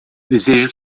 desejo